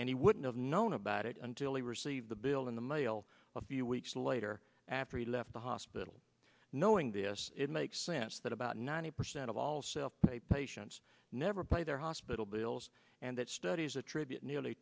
and he wouldn't have known about it until he received the bill in the mail a few weeks later after he left the hospital knowing this it makes sense that about ninety percent of all self pay patients never play their hospital bills and that studies attribute nearly